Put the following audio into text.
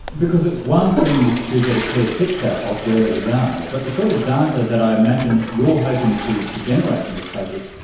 because it's one thing to get a clear picture of where we are, but the sort of data that i imagine you're hoping to to generate from this project,